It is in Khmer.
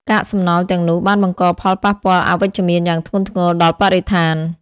កាកសំណល់ទាំងនោះបានបង្កផលប៉ះពាល់អវិជ្ជមានយ៉ាងធ្ងន់ធ្ងរដល់បរិស្ថាន។